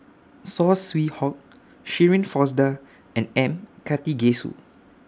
Saw Swee Hock Shirin Fozdar and M Karthigesu